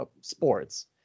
sports